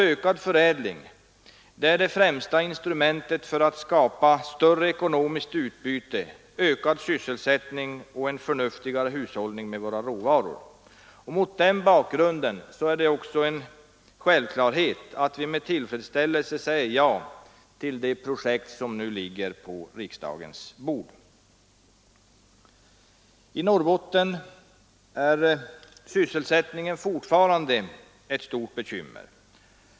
Ökad förädling är det främsta instrumentet för att skapa större ekonomiskt utbyte, ökad sysselsättning och en förnuftigare hushållning med våra råvaror. Mot den bakgrunden är det en självklarhet att vi med tillfredsställelse säger ja till det projekt som nu ligger på riksdagens bord. I Norrbotten är sysselsättningen fortfarande ett stort bekymmer.